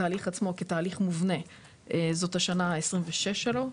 התהליך עצמו כתהליך מובנה זו השנה ה-26 שלו,